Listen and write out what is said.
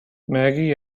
maggie